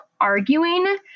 arguing